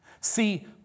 See